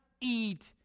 Eat